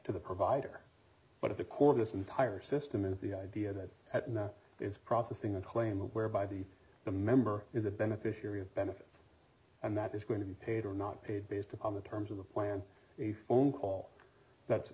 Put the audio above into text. to the provider but at the core of this entire system is the idea that at now is processing a claim whereby the the member is the beneficiary of benefits and that is going to be paid or not paid based upon the terms of the plan a phone call that